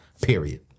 period